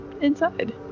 inside